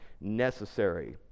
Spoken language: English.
necessary